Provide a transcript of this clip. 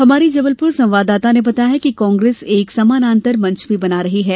हमारे जबलपुर संवाददाता ने बताया है कि कांग्रेस एक समानान्तर मंच भी बना रही है